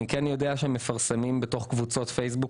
אני כן יודע שמפרסמים בתוך קבוצות פייסבוק